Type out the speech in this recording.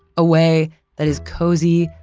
a way that is cozy,